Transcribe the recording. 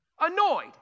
Annoyed